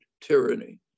tyranny